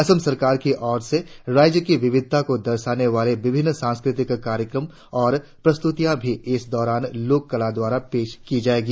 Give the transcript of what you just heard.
असम सरकार की ओर से राज्य की विविधता को दर्शाने वाले विभिन्न सांस्कृतिक कार्यक्रम और प्रस्तुतियां भी इस दौरान लोककला द्वारों पेश की जायेंगी